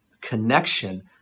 connection